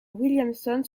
williamson